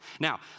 Now